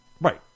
Right